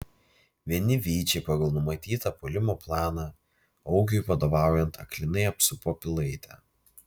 vieni vyčiai pagal numatytą puolimo planą augiui vadovaujant aklinai apsupo pilaitę